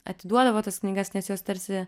atiduodavo tas knygas nes jos tarsi